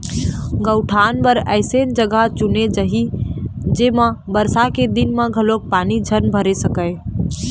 गउठान बर अइसन जघा चुने जाही जेमा बरसा के दिन म घलोक पानी झन भर सकय